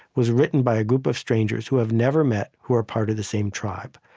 was written by a group of strangers who have never met, who are part of the same tribe.